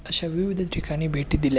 अशा विविध ठिकाणी भेटी दिल्या